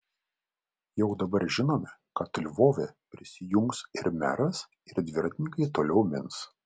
jau dabar žinome kad lvove prisijungs ir meras ir dviratininkai toliau mins